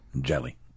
Jelly